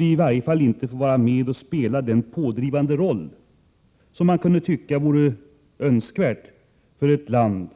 I varje fall spelar vi inte den pådrivande roll som vore önskvärd för ett land